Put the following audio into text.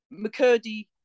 McCurdy